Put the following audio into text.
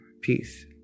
Peace